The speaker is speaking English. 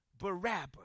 Barabbas